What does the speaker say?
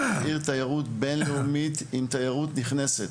כעיר תיירות בינלאומית עם תיירות נכנסת,